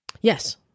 Yes